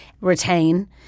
retain